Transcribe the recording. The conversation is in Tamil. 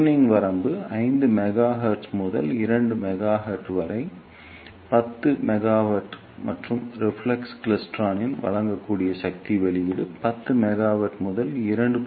டியூனிங் வரம்பு 5 மெகா ஹெர்ட்ஸ் முதல் 2 மெகாவாட் வரை 10 மெகாவாட் மற்றும் ரிஃப்ளெக்ஸ் கிளிஸ்டிரானால் வழங்கக்கூடிய சக்தி வெளியீடு 10 மெகாவாட் முதல் 2